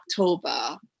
October